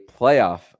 playoff